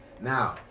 Now